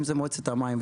אם זה במועצת המים,